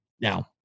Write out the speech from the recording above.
Now